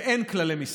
ואין כללי משחק.